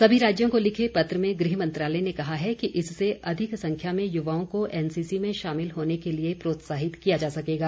सभी राज्यों को लिखे पत्र में गृह मंत्रालय ने कहा है कि इससे अधिक संख्या में युवाओं को एनसीसी में शामिल होने के लिए प्रोत्साहित किया जा सकेगा